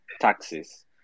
taxes